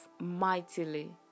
mightily